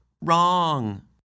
wrong